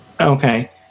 Okay